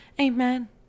amen